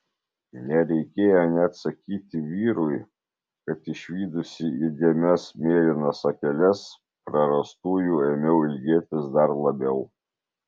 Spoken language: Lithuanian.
nereikėjo net sakyti vyrui kad išvydusi įdėmias mėlynas akeles prarastųjų ėmiau ilgėtis dar labiau